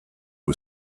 who